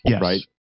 right